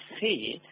see